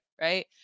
right